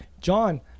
John